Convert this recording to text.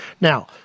Now